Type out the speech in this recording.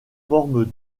formes